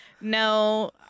no